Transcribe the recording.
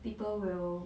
people will